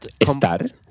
estar